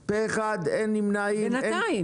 כי הסמכות הזאת כבר מופיעה בסעיף 1ב לחוק ולכן זה לא נדרש.